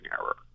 error